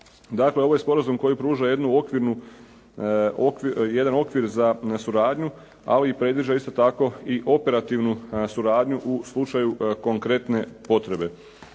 Dakle, ovo je sporazum koji pruža jedan okvir za suradnju, ali predviđa isto tako i operativnu suradnju u slučaju konkretne potrebe.